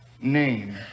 name